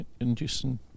inducing